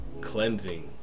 cleansing